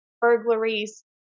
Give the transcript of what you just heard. burglaries